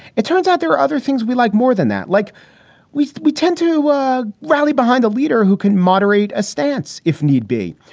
it turns out there are other things we like more than that. like we we tend to rally behind a leader who can moderate a stance if need be,